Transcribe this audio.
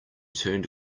turned